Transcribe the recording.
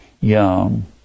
young